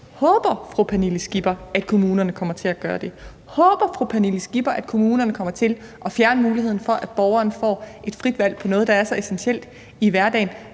om fru Pernille Skipper håber, at kommunerne kommer til at gøre det: Håber fru Pernille Skipper, at kommunerne kommer til at fjerne muligheden for, at borgeren får et frit valg på noget, der er så essentielt i hverdagen?